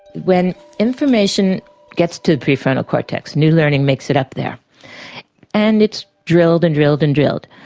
when information gets to the prefrontal cortex new learning makes it up there and it's drilled and drilled and drilled.